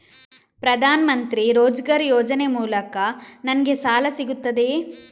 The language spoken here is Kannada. ಪ್ರದಾನ್ ಮಂತ್ರಿ ರೋಜ್ಗರ್ ಯೋಜನೆ ಮೂಲಕ ನನ್ಗೆ ಸಾಲ ಸಿಗುತ್ತದೆಯೇ?